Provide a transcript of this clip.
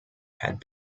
had